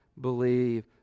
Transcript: believe